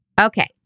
okay